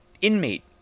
inmate